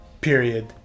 period